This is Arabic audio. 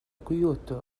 كيوتو